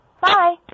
Bye